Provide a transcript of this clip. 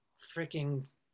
freaking